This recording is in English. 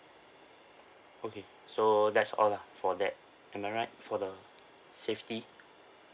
okay so that's all lah for that am I right for the safety